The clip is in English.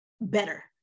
better